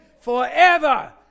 forever